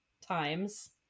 times